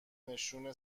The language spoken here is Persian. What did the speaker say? نشون